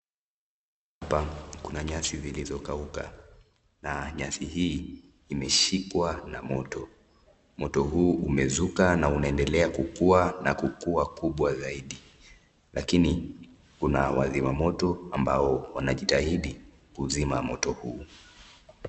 Hapa kuna nyasi zilizokauka na nyasi hii imeshikwa na moto . Moto huu umezuka na unaendelea kukuwa na kukuwa kubwa zaidi. Lakini kuna wazima moto ambao wanajitahidi kuzima moto huu.